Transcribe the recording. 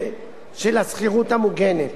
מהשכירות המוגנת.